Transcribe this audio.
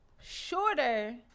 Shorter